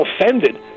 offended